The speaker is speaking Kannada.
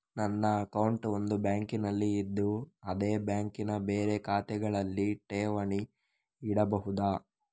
ನನ್ನ ಅಕೌಂಟ್ ಒಂದು ಬ್ಯಾಂಕಿನಲ್ಲಿ ಇದ್ದು ಅದೇ ಬ್ಯಾಂಕಿನ ಬೇರೆ ಶಾಖೆಗಳಲ್ಲಿ ಠೇವಣಿ ಇಡಬಹುದಾ?